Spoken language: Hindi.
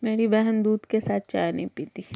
मेरी बहन दूध के साथ चाय नहीं पीती